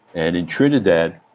and in trinidad,